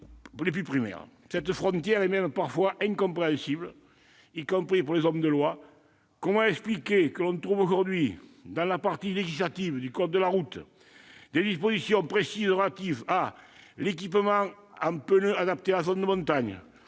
les plus primaires. Cette frontière est même parfois incompréhensible, y compris pour des hommes de loi. Comment expliquer que l'on trouve aujourd'hui dans la partie législative du code de la route des dispositions précises relatives à l'équipement en pneus adaptés en zone de montagne,